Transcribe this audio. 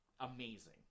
amazing